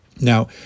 Now